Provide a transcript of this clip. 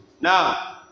Now